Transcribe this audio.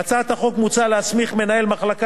בהצעת החוק מוצע להסמיך מנהל מחלקה